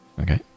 Okay